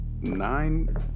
nine